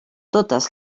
totes